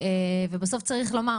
ובסוף צריך לומר,